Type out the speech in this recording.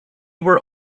were